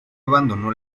abandonó